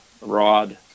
rod